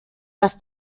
dass